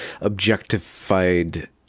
objectified